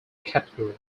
category